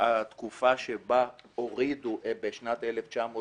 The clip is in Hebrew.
התקופה שבה הורידו את הריבית על חצי מתוך